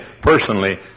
personally